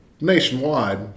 nationwide